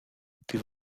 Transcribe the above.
die